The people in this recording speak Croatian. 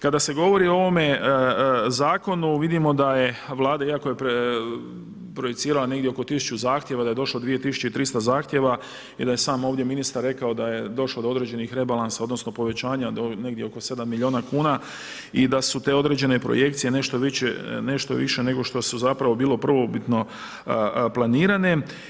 Kada se govori o ovome Zakonu vidimo da je Vlada, iako je projicirala negdje oko 1000 zahtjeva, da je došlo oko 2300 zahtjeva i da je sam ovdje ministar rekao da je došlo do određenih rebalansa, odnosno povećanja, negdje oko 7 milijuna kuna i da su te određene projekcije nešto više nego što su bile prvobitno planirane.